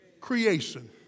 Creation